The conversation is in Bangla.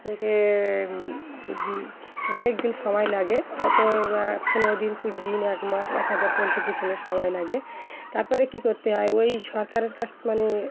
হচ্ছে গিয়ে অনেক দিন সময় লাগে হয়তো পনেরো দিন কুড়ি দিন এক মাস এক হাজার পোলট্রি পিছনে সময় লাগে তারপরে কী করতে হয় ওই সরকারের কাছ মানে